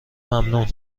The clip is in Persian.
ممنون